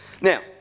Now